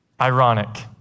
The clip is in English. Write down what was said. ironic